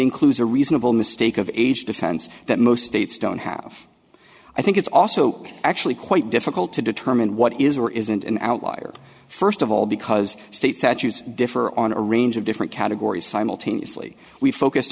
includes a reasonable mistake of age defense that most states don't have i think it's also actually quite difficult to determine what is or isn't an outlier first of all because state statutes differ on a range of different categories simultaneously we focus